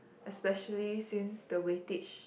especially since the weightage